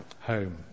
home